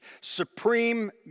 supreme